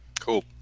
Cool